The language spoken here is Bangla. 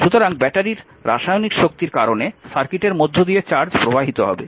সুতরাং ব্যাটারির রাসায়নিক শক্তির কারণে সার্কিটের মধ্য দিয়ে চার্জ প্রবাহিত হবে